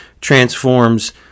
transforms